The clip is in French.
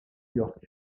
york